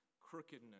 crookedness